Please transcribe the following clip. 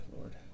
Lord